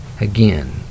again